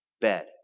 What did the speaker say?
bed